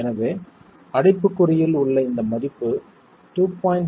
எனவே அடைப்புக்குறியில் உள்ள இந்த மதிப்பு 2